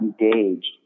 engaged